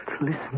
listen